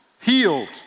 healed